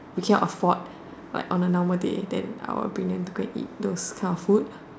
we cannot afford like on a normal day then I will bring them to go and eat those kind of food